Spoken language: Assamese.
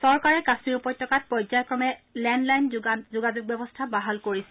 চৰকাৰে কাশ্মীৰ উপত্যকাত পৰ্যায়ক্ৰমে লেন লাইন যোগাযোগ ব্যৱস্থা বাহাল কৰিছে